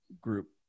group